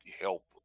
help